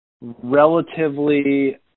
relatively